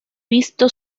visto